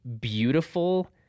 beautiful